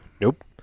Nope